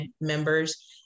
members